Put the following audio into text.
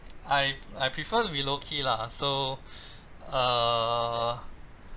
I I prefer to be low key lah so err